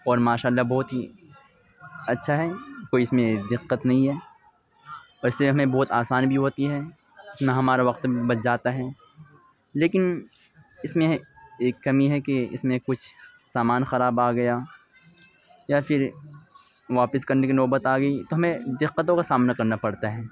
اور ماشا اللہ بہت ہی اچھا ہے کوئی اس میں دقت نہیں ہے ویسے ہمیں بہت آسانی بھی ہوتی ہے اس میں ہمارا وقت بچ جاتا ہے لیکن اس میں ہے ایک کمی ہے کہ اس میں کچھ سامان خراب آ گیا یا پھر واپس کرنے کی نوبت آ گئی تو ہمیں دقتوں کا سامنا کرنا پڑتا ہے